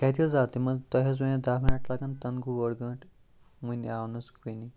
کَتہِ حظ آو تِم حظ تۄہہِ حظ وَنیٚو دَہ مِنَٹ لَگَن تَنہٕ گوٚو اوٛڑ گٲنٹہٕ وٕنہِ آو نہٕ سُہ کُنے